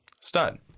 stud